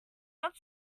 not